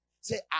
Say